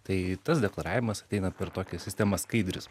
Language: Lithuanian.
tai tas deklaravimas ateina per tokią sistemą skaidrius